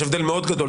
יש הבדל מאוד גדול,